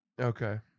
okay